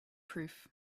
proof